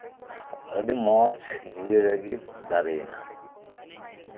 ᱟᱹᱰᱤ ᱢᱚᱸᱡᱽ ᱡᱤᱭᱟᱹᱲ ᱜᱮ ᱫᱟᱨᱮᱭᱮᱱᱟ